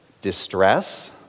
distress